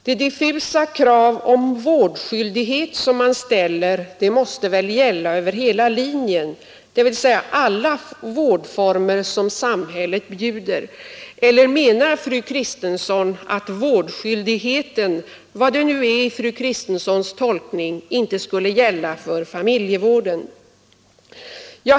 Detta diffusa krav på ”vård skyldighet” som man ställer måste väl gälla alla vårdformer som samhället bjuder, eller menar fru Kristensson att vårdskyldigheten, vad det nu är i fru Kristenssons tolkning, inte skall gälla för familjevården?